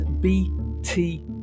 BT